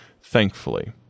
thankfully